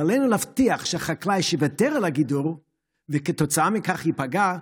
ועלינו להבטיח שחקלאי שיוותר על הגידור וכתוצאה מכך ייפגע,